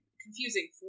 confusing